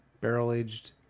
Barrel-aged